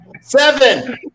seven